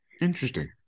Interesting